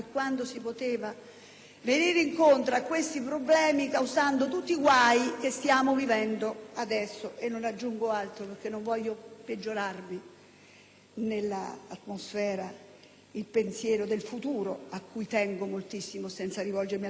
venire incontro a questi problemi causando tutti i guai che stiamo vivendo adesso. Non aggiungo altro, perché non voglio peggiorare il vostro pensiero sul futuro, a cui tengo moltissimo, e non intendo rivolgermi al passato che, però, pesa.